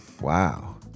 wow